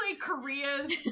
Korea's